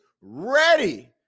ready